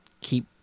keep